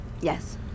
Yes